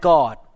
God